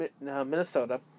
Minnesota